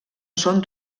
són